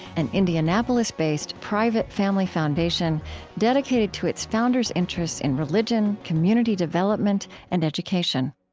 an indianapolis-based private family foundation dedicated to its founders' interests in religion, community development, and education